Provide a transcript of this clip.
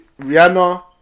Rihanna